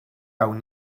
awn